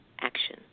action